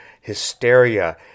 Hysteria